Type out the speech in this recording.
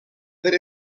per